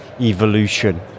evolution